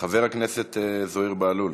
חבר הכנסת זוהיר בהלול.